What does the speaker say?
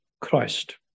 Christ